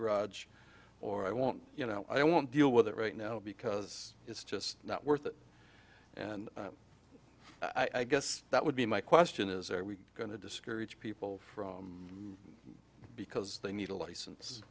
garage or i won't you know i won't deal with it right now because it's just not worth it and i guess that would be my question is are we going to discourage people from because they need a